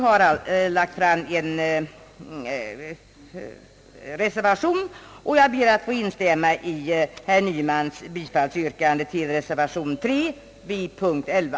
Jag ber herr talman att få instämma i herr Nymans bifallsyrkande till reservationen vid punkt 11.